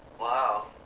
Wow